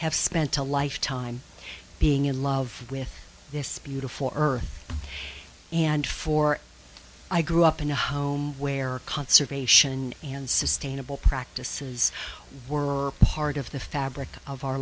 have spent a life time being in love with this beautiful earth and for i grew up in a home where conservation and sustainable practices were part of the fabric of our